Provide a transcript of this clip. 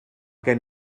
gen